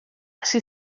hasi